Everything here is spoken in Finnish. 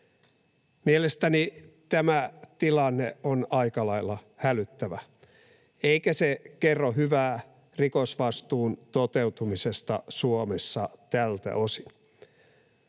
Mielestäni tämä tilanne on aika lailla hälyttävä, eikä se kerro hyvää rikosvastuun toteutumisesta Suomessa tältä osin.